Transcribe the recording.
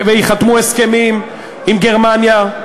וייחתמו הסכמים עם גרמניה.